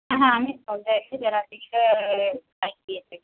হ্যাঁ হ্যাঁ আমি সব জায়গায় যাই যারা এ বিষয়ে আছে